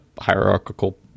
hierarchical